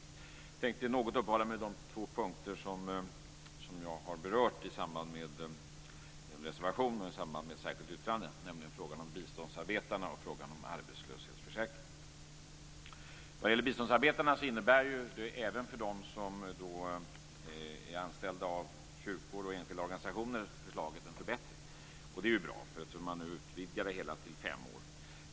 Jag tänkte något uppehålla mig vid de två punkter som jag har berört i samband med en reservation och ett särskilt yttrande. Det handlar om frågan om biståndsarbetarna och frågan om arbetslöshetsförsäkringen. Förslaget innebär en förbättring även för de biståndsarbetare som är anställda av kyrkor och enskilda organisationer. Det är ju bra. Nu utvidgar man det hela till fem år.